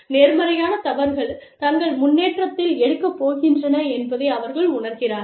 நேர்மையான தவறுகள் தங்கள் முன்னேற்றத்தில் எடுக்கப் போகின்றன என்பதை அவர்கள் உணர்கிறார்கள்